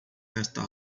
nesta